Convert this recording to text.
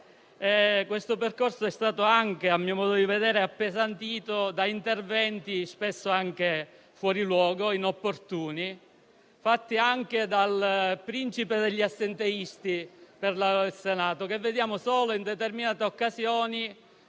di vedere, è stato anche appesantito da interventi spesso fuori luogo e inopportuni, fatti dal principe degli assenteisti in Senato, che vediamo solo in determinate occasioni